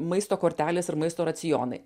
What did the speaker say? maisto kortelės ir maisto racionai